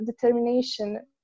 determination